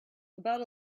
about